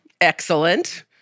Excellent